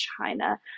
China